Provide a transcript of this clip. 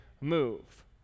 move